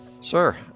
Sir